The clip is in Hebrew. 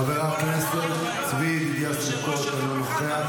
חבר הכנסת צבי ידידיה סוכות, אינו נוכח.